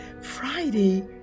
Friday